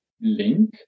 link